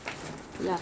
but usually